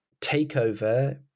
takeover